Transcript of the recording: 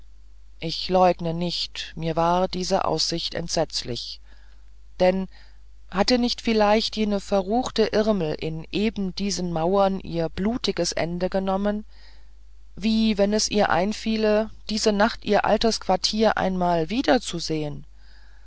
ich leugne nicht mir war diese aussicht entsetzlich denn hatte nicht vielleicht jene verruchte irmel in ebendiesen mauern ihr blutiges ende genommen wie wenn es ihr einfiele diese nacht ihr altes quartier einmal wiederzusehen